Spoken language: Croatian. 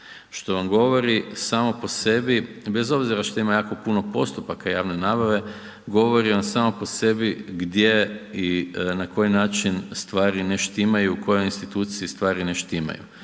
što vam govori samo po sebi bez obzira što ima jako puno postupaka javne nabave, govori vam samo po sebi gdje i na koji način stvari ne štimaju, u kojoj instituciji stvari ne štimaju.